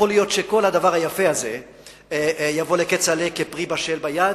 יכול להיות שכל הדבר היפה הזה יבוא לכצל'ה כפרי בשל ביד,